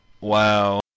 Wow